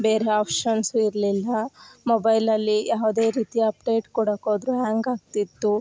ಬೇರೆ ಆಪ್ಷನ್ಸ್ ಇರಲಿಲ್ಲ ಮೊಬೈಲಲ್ಲಿ ಬೇರೆ ಯಾವುದೇ ರೀತಿಯ ಅಪ್ಡೇಟ್ ಕೊಡೋಕೆ ಹೋದರು ಹ್ಯಾಂಗ್ ಆಗ್ತಿತ್ತು